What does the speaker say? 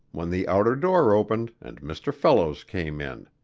when the outer door opened and mr. fellows came in.